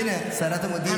הינה, שרת המודיעין כבר כאן.